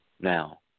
Now